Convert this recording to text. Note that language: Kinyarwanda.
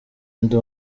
ndi